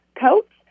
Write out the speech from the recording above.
coat